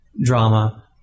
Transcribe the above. drama